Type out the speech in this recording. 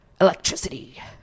Electricity